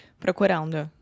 procurando